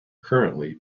currently